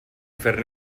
fer